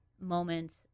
moments